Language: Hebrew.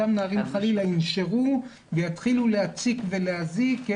אותם נערים חלילה ינשרו ויתחילו להציק ולהזיק.